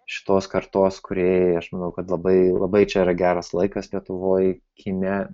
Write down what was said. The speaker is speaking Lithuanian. šitos kartos kūrėjai aš manau kad labai labai čia yra geras laikas lietuvoj kine